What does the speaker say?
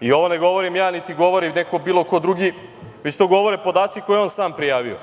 I ovo ne govorim ja, niti govori neko bilo ko drugi, već to govore podaci koje je on sam prijavio.